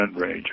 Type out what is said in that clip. range